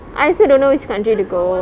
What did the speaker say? I also don't know which country to go